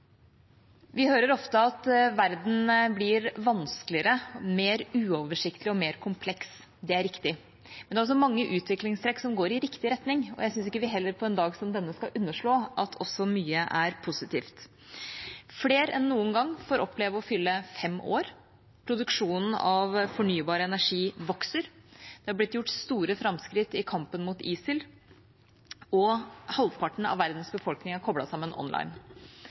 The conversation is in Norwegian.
Vi hører ofte at verden blir vanskeligere, mer uoversiktlig og mer kompleks. Det er riktig, men det er også mange utviklingstrekk som går i riktig retning, og jeg syns ikke vi på en dag som denne skal underslå at det også er mye positivt. Flere enn noen gang får oppleve å fylle fem år, produksjonen av fornybar energi vokser, det er gjort store framskritt i kampen mot ISIL, og halvparten av verdens befolkning er koblet sammen online.